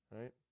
Right